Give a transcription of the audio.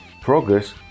progress